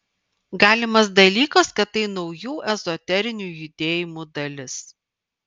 galimas dalykas kad tai naujų ezoterinių judėjimų dalis